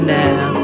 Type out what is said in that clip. now